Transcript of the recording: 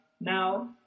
Now